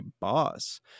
boss